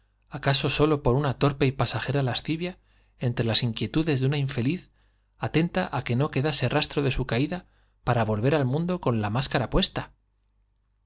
acaso sólo por una pasión voraz seres lascivia entre las inquietudes de una torpe y pasajera infeliz atenta á que no quedase rastro de su caída volver al mundo con la máscara puesta